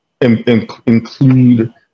include